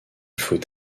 faut